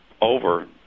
over